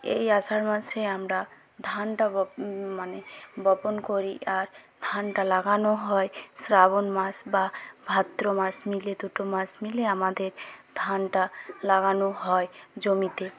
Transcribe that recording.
এই আষাঢ় মাসে আমরা ধানটা মানে বপন করি আর ধানটা লাগানো হয় শ্রাবণ মাস বা ভাদ্র মাস মিলে দুটো মাস মিলে আমাদের ধানটা লাগানো হয় জমিতে